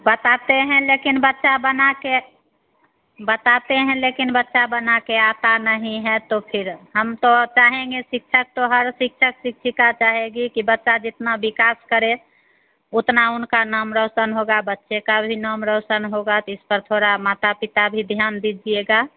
बताते हैं लेकिन बच्चा बना कर बताते हैं लेकिन बच्चा बना कर आता नहीं है तो फिर हम तो अ चाहेंगे शिक्षक तो हर शिक्षक शिक्षिका चाहेगी की बच्चा जितना विकास करे उतना उनका नाम रोशन होगा बच्चे का भी नाम रोशन होगा तो इस पर थोड़ा माता पिता भी ध्यान दीजिएगा